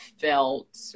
felt